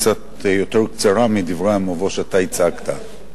קצת יותר קצרה מדברי המבוא שאתה הצגת.